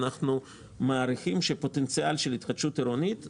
אנחנו מעריכים שפוטנציאל של התחדשות עירונית זה